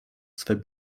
swe